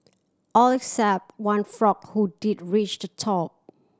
all except one frog who did reach the top